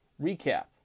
recap